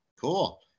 Cool